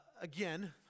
again